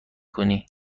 کنی